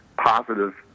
positive